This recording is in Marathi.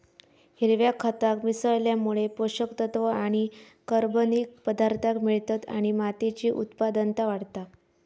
हिरव्या खताक मिसळल्यामुळे पोषक तत्त्व आणि कर्बनिक पदार्थांक मिळतत आणि मातीची उत्पादनता वाढता